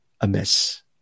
amiss